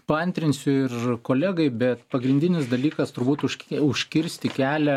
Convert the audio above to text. paantrinsiu ir kolegai bet pagrindinis dalykas turbūt už užkirsti kelią